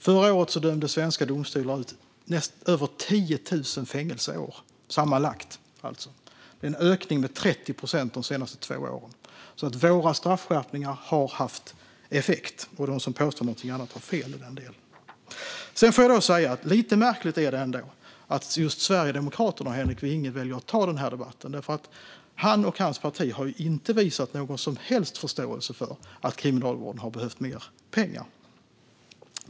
Förra året dömde svenska domstolar ut sammanlagt över 10 000 fängelseår. Det är en ökning med 30 procent de senaste två åren. Våra straffskärpningar har haft effekt, och de som påstår något annat har fel i den delen. Lite märkligt är det ändå att just Sverigedemokraterna och Henrik Vinge väljer att ta debatten. Henrik Vinge och hans parti har inte visat någon som helst förståelse för att Kriminalvården har behövt mer pengar.